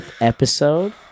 episode